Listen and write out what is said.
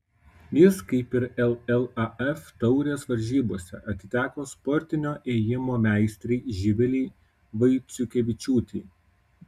jis kaip ir llaf taurės varžybose atiteko sportinio ėjimo meistrei živilei vaiciukevičiūtei